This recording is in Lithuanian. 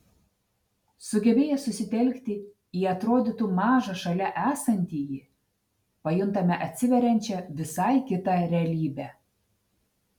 sugebėję susitelkti į atrodytų mažą šalia esantįjį pajuntame atsiveriančią visai kitą realybę